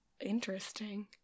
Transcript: Interesting